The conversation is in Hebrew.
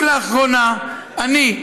רק לאחרונה אני,